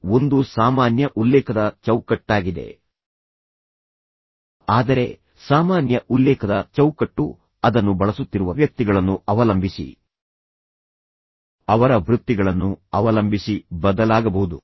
ಇದು ಒಂದು ಸಾಮಾನ್ಯ ಉಲ್ಲೇಖದ ಚೌಕಟ್ಟಾಗಿದೆ ಆದರೆ ಸಾಮಾನ್ಯ ಉಲ್ಲೇಖದ ಚೌಕಟ್ಟು ಅದನ್ನು ಬಳಸುತ್ತಿರುವ ವ್ಯಕ್ತಿಗಳನ್ನು ಅವಲಂಬಿಸಿ ಅವರ ವೃತ್ತಿಗಳನ್ನು ಅವಲಂಬಿಸಿ ಬದಲಾಗಬಹುದು